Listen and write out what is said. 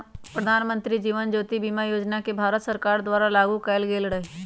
प्रधानमंत्री जीवन ज्योति बीमा योजना के भारत सरकार द्वारा लागू कएल गेलई र